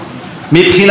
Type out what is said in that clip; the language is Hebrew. מבחינתי,